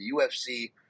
ufc